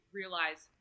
realize